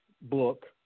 book